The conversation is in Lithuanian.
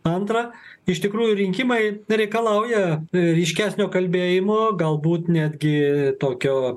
antra iš tikrųjų rinkimai reikalauja ryškesnio kalbėjimo galbūt netgi tokio